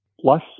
plus